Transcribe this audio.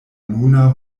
nuna